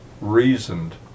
reasoned